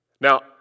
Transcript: Now